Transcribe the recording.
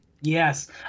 yes